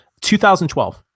2012